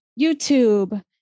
YouTube